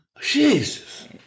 Jesus